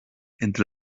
entre